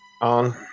On